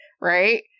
right